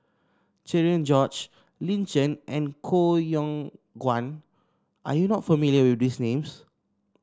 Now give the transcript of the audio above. Cherian George Lin Chen and Koh Yong Guan are you not familiar with these names